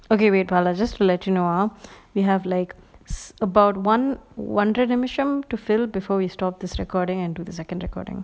okay wait but I'll just let you know ah we have like about one ஒன்றரை நிமிசம்:onrarai nimisam to fill before we stopped this recording and do the second recording